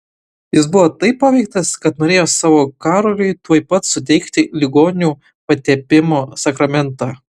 jis buvo taip paveiktas kad norėjo savo karoliui tuoj pat suteikti ligonių patepimo sakramentą